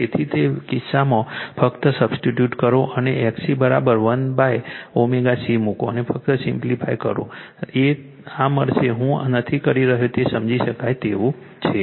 તેથી તે કિસ્સામાં ફક્ત સબસ્ટીટ્યુટ કરો અને XC 1ω C મુકો અને ફક્ત સિમ્પ્લિફાય કરો તે આ મળશે હું આ નથી કરી રહ્યો તે સમજી શકાય તેવું છે